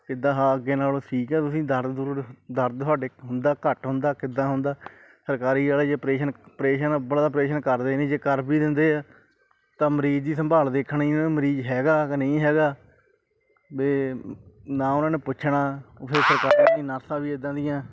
ਕਿੱਦਾਂ ਹਾਲ ਅੱਗੇ ਨਾਲੋਂ ਠੀਕ ਆ ਤੁਸੀਂ ਦਰਦ ਦੂਰ ਦਰਦ ਤੁਹਾਡੇ ਦਾ ਘੱਟ ਹੁੰਦਾ ਕਿੱਦਾਂ ਹੁੰਦਾ ਸਰਕਾਰੀ ਵਾਲੇ ਜੇ ਆਪਰੇਸ਼ਨ ਅਪਰੇਸ਼ਨ ਅਬਲ ਤਾਂ ਆਪਰੇਸ਼ਨ ਕਰਦੇ ਨਹੀਂ ਜੇ ਕਰ ਵੀ ਦਿੰਦੇ ਆ ਤਾਂ ਮਰੀਜ਼ ਦੀ ਸੰਭਾਲ ਦੇਖਣੀ ਉਹਨਾਂ ਨੇ ਮਰੀਜ਼ ਹੈਗਾ ਕਿ ਨਹੀਂ ਹੈਗਾ ਬਈ ਨਾ ਉਹਨਾਂ ਨੇ ਪੁੱਛਣਾ ਵੀ ਸਰਕਾਰੀ ਨਰਸਾਂ ਵੀ ਇੱਦਾਂ ਦੀਆਂ